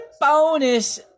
bonus